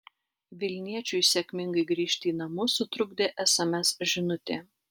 vilniečiui sėkmingai grįžti į namus sutrukdė sms žinutė